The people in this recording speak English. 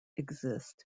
exist